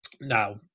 now